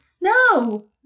no